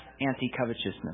anti-covetousness